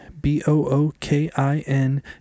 B-O-O-K-I-N